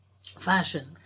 fashion